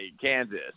Kansas